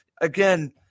again